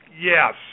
yes